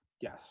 Yes